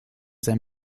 sein